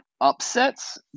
upsets